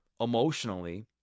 emotionally